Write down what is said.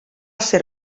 ser